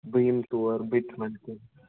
بہٕ یِمہٕ توٗر بہٕ تہِ وَنہٕ کیٚنٛہہ